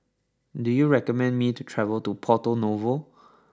do you recommend me to travel to Porto Novo